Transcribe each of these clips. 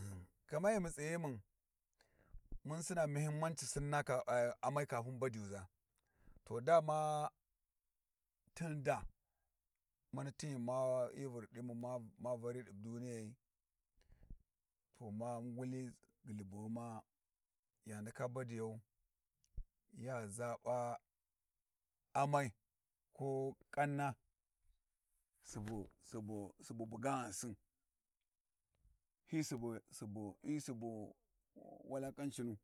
Ghi mu tsighumun mun sinna muhummanci Sinna ai amai kafin mun badiyuʒa to dama tun da mani tun ghi ma-hyi vurɗi mu ma vari ɗi duniyai to ma nguli ghulhubughuma ya ndaka badiyau, ya ʒaɓa amai ko ƙanna subu subu subu buga ghansin hyi subu subu hyi subu walaƙancinu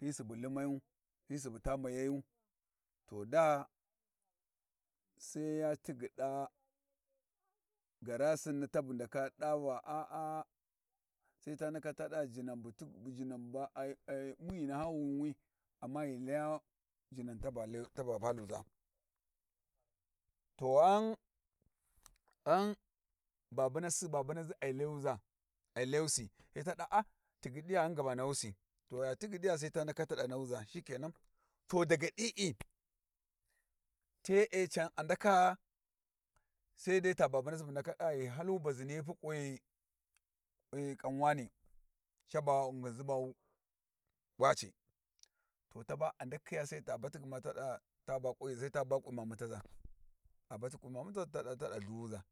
hyi subu limayu hyi subu taa mayayu to de sai ya tigyiɗa garasinni tani bu ndaka ɗa va a'a Sai ta ndaka ta ɗa jinan bu ti jinan ba a'a mun ghi naha wunwi amma ghi Laya jinan ta ba Laya ta ba haluʒa, to ghan–ghan babunasi babunaʒa a Layu ʒa ai lyusi, sai ta ɗa a tigyiɗiya mun gaba nahusi to ya tigyiɗiya sai tu ndaka tu ba nahuʒa shikenan, to daga ɗi'i te'e can a ndaka–sai dai ta babunasi bu ndaka ɗa ai ghi halu baʒiniyi pu kwi kwi ƙan wane ca ba nginʒi ba wace to taba a ndakyi Sai a batti gma ta ɗa ta ba ƙunyiʒu sai ta ƙwi mamutaʒa a ba ti ƙwi mamantaʒa ta ɗa Lhuwuʒa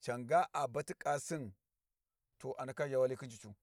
can ga a bati ƙasina a ndaka ʒha wali khin cicu.